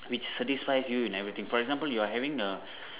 which satisfies you in everything for example you are having a